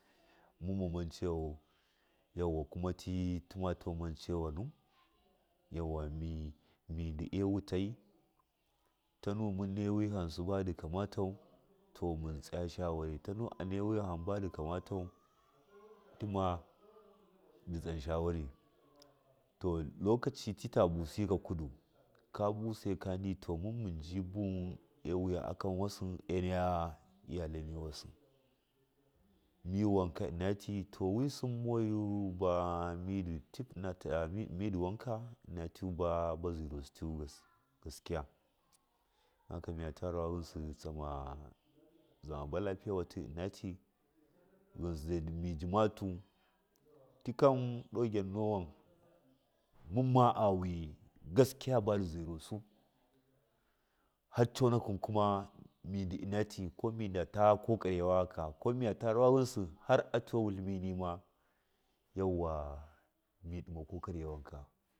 munma macayau yauwa kuma ti tima mancewana yauwa mi di ɗau wutai tanu munne wiham ba ndu kama tau to mun tsa ga shawari tnu a nai wihan badu kamatan tima di tson shawari to lokaci ti tabusa yika kudu kabusaikand to mun munji buwu awiya akonwasi a naya iyaku niwasi miwanka ina ti to wisɨn mouyu badu mi tibu ina taga mi di wanka ina ti gaskiya don haka mɨga ta rawa ghɨnsi di tsona tsigɨ ma tlafiyatu ghɨnsi dizai mu jimatu tikan ɗo gyannowa munma wi gaskiya ba zirusa har coonakɨi kuma midu ina ti kuma mɨyate kokari rageka ko miyata rawa ghinsi harta wa wutliminima miyata kokariga wanka.